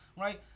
right